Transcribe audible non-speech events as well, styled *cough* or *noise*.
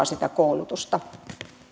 *unintelligible* sitä koulutusta